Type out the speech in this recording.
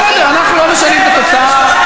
בסדר, אנחנו לא משנים את התוצאה.